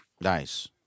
Nice